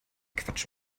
quatsch